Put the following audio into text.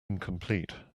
incomplete